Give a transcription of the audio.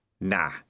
Nah